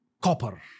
copper